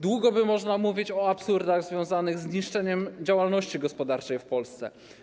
Długo by można było mówić o absurdach związanych z niszczeniem działalności gospodarczej w Polsce.